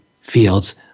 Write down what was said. fields